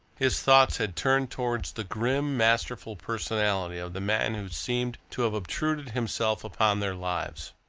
his thoughts had turned towards the grim, masterful personality of the man who seemed to have obtruded himself upon their lives.